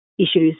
issues